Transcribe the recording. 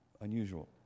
unusual